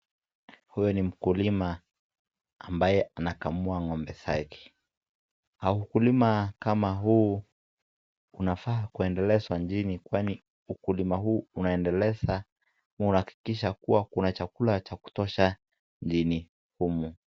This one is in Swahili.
Huyu ni mkulima ambaye anakamua ngombe zake. Ukulima kama huu unafaa unaendeleza nchini kwani ukulima unaendeleza unahakikisha kuwa kuna chakula cha kutosha nchini humu.